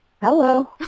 hello